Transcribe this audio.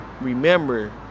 remember